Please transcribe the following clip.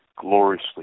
Gloriously